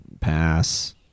pass